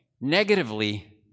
Negatively